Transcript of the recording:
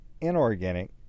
inorganic